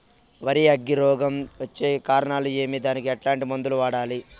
వరి అగ్గి రోగం వచ్చేకి కారణాలు ఏమి దానికి ఎట్లాంటి మందులు వాడాలి?